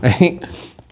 Right